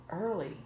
early